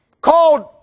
called